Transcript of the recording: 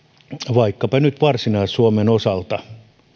vaikkapa nyt varsinais suomen osalta